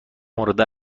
مورد